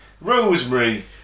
Rosemary